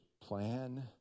plan